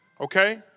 okay